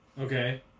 Okay